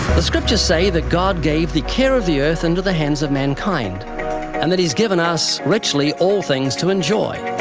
the scriptures say that god gave the care of the earth into the hands of mankind and that he's given us richly all things to enjoy.